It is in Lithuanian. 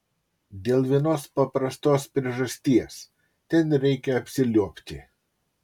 dėl vienos paprastos priežasties ten reikia apsiliuobti